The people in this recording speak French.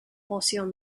potion